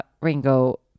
Ringo